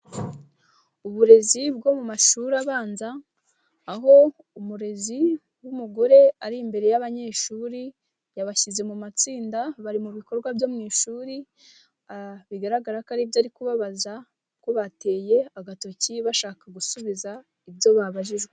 Uburezi bwo mu mashuri abanza, aho umurezi w'umugore ari imbere y'abanyeshuri yabashyize mu matsinda bari mu bikorwa byo mu ishuri, bigaragara ko ari ibyo ari kubabaza kuko bateye agatoki bashaka gusubiza ibyo babajijwe.